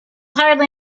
hardly